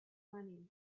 money